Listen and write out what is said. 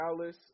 Dallas